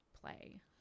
play